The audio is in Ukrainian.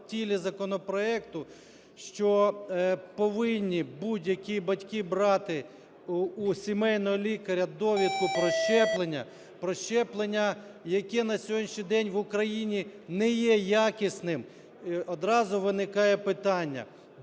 в тілі законопроекту, що повинні будь-які батьки брати у сімейного лікаря довідку про щеплення, про щеплення, яке на сьогоднішній день в Україні не є якісним. Одразу виникає питання,